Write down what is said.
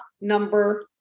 number